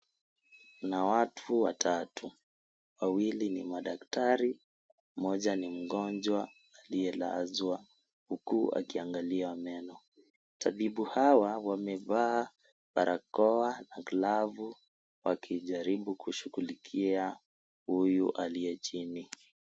Kuna watu watatu, wawili ni daktari mmoja ni mgonjwa aliyelazwa huku akiangaliwa meno. Tabibu hawa wamevaa barakoa na glavu wakijaribu kushughulikia huyu aliye chini.